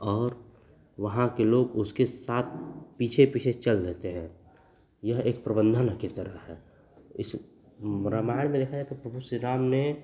और वहाँ के लोग उसके साथ पीछे पीछे चल देते हैं यह एक प्रबन्धन की तरह है इस रामायण में देखा जाए तो प्रभु श्रीराम ने